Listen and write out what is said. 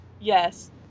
Yes